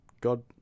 god